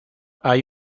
hay